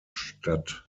statt